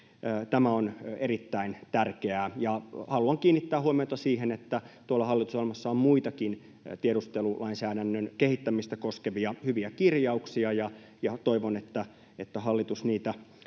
Tämä on erittäin tärkeää. Ja haluan kiinnittää huomiota siihen, että hallitusohjelmassa on muitakin tiedustelulainsäädännön kehittämistä koskevia hyviä kirjauksia, ja toivon, että hallitus niitä